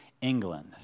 England